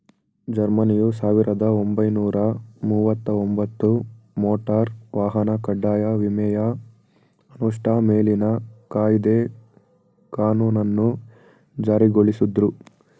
ಜರ್ಮನಿಯು ಸಾವಿರದ ಒಂಬೈನೂರ ಮುವತ್ತಒಂಬತ್ತು ಮೋಟಾರ್ ವಾಹನ ಕಡ್ಡಾಯ ವಿಮೆಯ ಅನುಷ್ಠಾ ಮೇಲಿನ ಕಾಯ್ದೆ ಕಾನೂನನ್ನ ಜಾರಿಗೊಳಿಸುದ್ರು